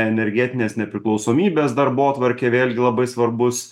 energetinės nepriklausomybės darbotvarkė vėlgi labai svarbus